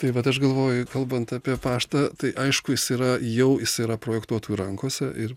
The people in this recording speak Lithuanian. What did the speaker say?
tai vat aš galvoju kalbant apie paštą tai aišku jis yra jau jis yra projektuotojų rankose ir